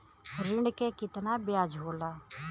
ऋण के कितना ब्याज होला?